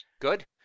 good